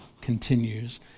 continues